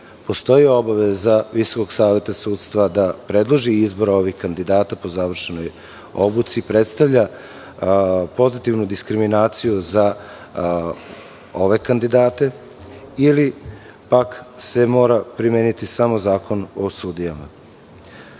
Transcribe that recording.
postoji obaveza Visokog saveta sudstva da predloži izbor ovih kandidata po završenoj obuci predstavlja pozitivnu diskriminaciju za ove kandidate ili pak se mora primeniti samo Zakon o sudijama? Prilikom